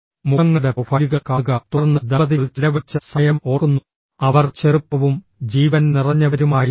മുഖങ്ങളുടെ പ്രൊഫൈലുകൾ കാണുക തുടർന്ന് ദമ്പതികൾ ചെലവഴിച്ച സമയം ഓർക്കുന്നു അവർ ചെറുപ്പവും ജീവൻ നിറഞ്ഞവരുമായിരുന്നു